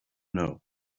know